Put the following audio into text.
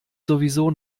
sowieso